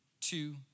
two